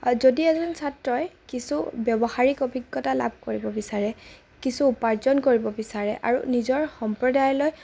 যদি এজন ছাত্ৰই কিছু ব্যৱহাৰিক অভিজ্ঞতা লাভ কৰিব বিচাৰে কিছু উপাৰ্জন কৰিব বিচাৰে আৰু নিজৰ সম্প্ৰদায়লৈ